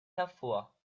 hervor